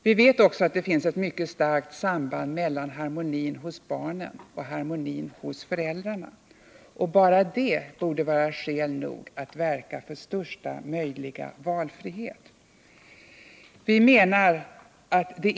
Vi vet också att det finns ett mycket starkt samband mellan harmonin hos barnen och harmonin hos föräldrarna. Bara detta borde vara skäl nog att verka för största möjliga valfrihet.